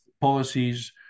policies